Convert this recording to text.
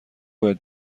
باید